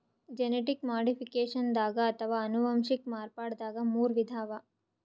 genetic ಮಾಡಿಫಿಕೇಷನ್ದಾಗ್ ಅಥವಾ ಅನುವಂಶಿಕ್ ಮಾರ್ಪಡ್ದಾಗ್ ಮೂರ್ ವಿಧ ಅವಾ